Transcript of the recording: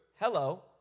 Hello